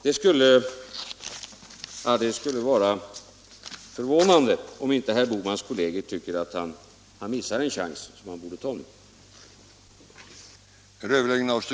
Det skulle vara förvånande om inte herr Bohmans kolleger tycker att han missar en chans han borde ta nu.